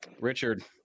Richard